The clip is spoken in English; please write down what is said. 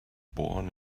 born